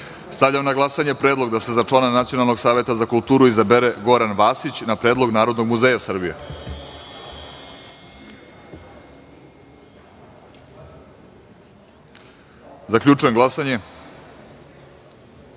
kulturu. Stavljam na glasanje predlog da se za člana Nacionalnog saveta za kulturu izabere Goran Vasić, na predlog Narodnog muzeja Srbije. Zaključujem glasanje: